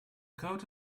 coat